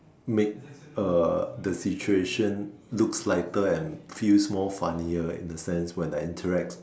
make uh the situation looks lighter and feels more funnier in the sense when I interact